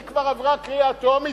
היא כבר עברה קריאה טרומית,